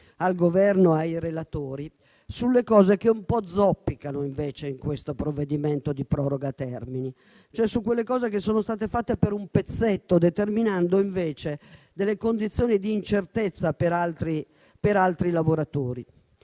al Governo e ai relatori sulle cose che un po' zoppicano invece in questo provvedimento di proroga termini, cioè su quelle cose che sono state fatte per un pezzetto, determinando condizioni di incertezza per altri lavoratori.